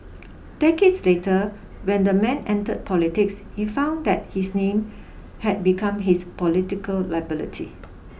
decades later when the man entered politics he found that his name had become his political liability